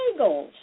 bagels